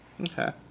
Okay